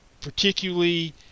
particularly